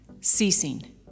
Ceasing